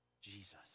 Jesus